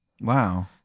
Wow